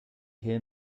hear